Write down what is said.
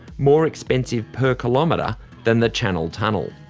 more expensive per kilometre than the channel tunnel.